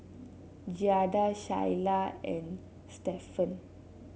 Giada Shyla and Stephan